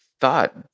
thought